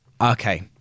Okay